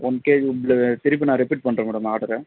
one திருப்பி நான் repeat பண்ணுறன் மேடம் நான் ஆர்டரை